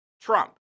Trump